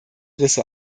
risse